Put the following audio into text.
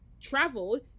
traveled